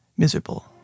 Miserable